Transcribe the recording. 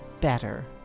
better